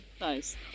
Nice